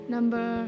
Number